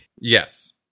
Yes